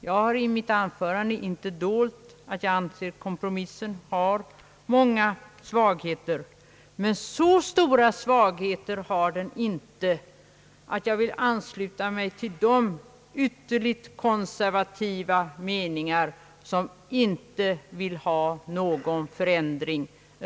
Jag har i mitt anförande inte dolt att jag anser att kompromissen har många svagheter — men så stora svagheter har den inte att jag vill ansluta mig till de ytterligt konservativa meningsriktningar som inte vill ha någon förändring alls.